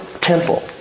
temple